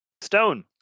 Stone